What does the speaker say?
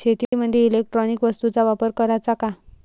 शेतीमंदी इलेक्ट्रॉनिक वस्तूचा वापर कराचा का?